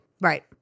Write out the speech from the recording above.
Right